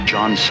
John